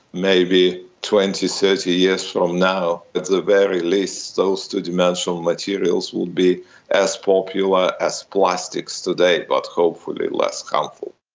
maybe twenty, thirty years from now at the very least those two-dimensional materials will be as popular as plastics today, but hopefully less harmful.